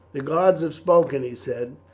the gods have spoken, he said.